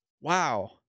wow